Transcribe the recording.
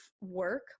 work